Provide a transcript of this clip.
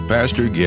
Pastor